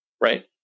right